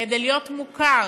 כדי להיות מוכר.